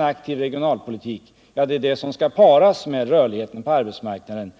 aktivare regionalpolitiken skall kombineras med rörligheten på arbetsmarknaden.